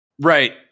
right